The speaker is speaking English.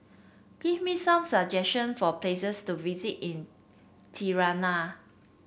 give me some suggestion for places to visit in Tirana